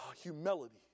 humility